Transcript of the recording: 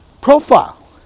profile